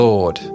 Lord